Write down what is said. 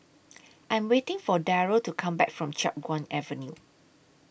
I Am waiting For Darold to Come Back from Chiap Guan Avenue